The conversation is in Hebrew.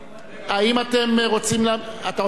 אתה רוצה להודות?